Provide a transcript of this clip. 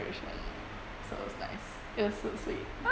so it was nice it was so sweet